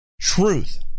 truth